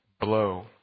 blow